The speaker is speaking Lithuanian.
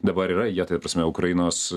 dabar yra jie ta prasme ukrainos